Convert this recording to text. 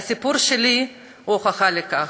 והסיפור שלי הוא הוכחה לכך.